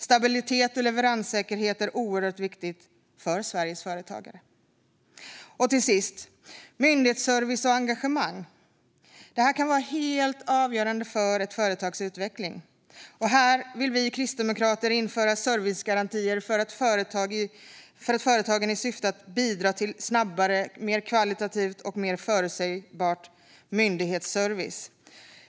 Stabilitet och leveranssäkerhet är oerhört viktigt för Sveriges företagare. Till sist myndighetsservice och engagemang. Det här kan vara helt avgörande för ett företags utveckling. Vi kristdemokrater vill införa servicegarantier för företagen i syfte att bidra till snabbare, mer kvalitativ och mer förutsägbar myndighetsservice.